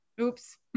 oops